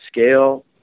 scale